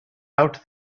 out